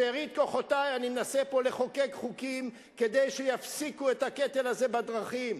בשארית כוחותי אני מנסה פה לחוקק חוקים כדי שיפסיקו את הקטל הזה בדרכים.